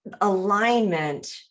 Alignment